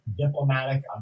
diplomatic